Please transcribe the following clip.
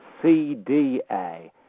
CDA